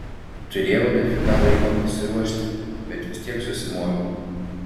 turėjau dafiga laiko pasiruošti bet vis tiek susimoviau